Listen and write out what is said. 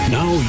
now